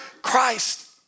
Christ